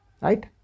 Right